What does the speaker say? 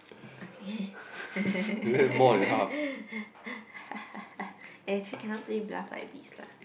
okay eh actually cannot play bluff like this lah